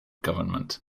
government